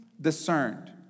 discerned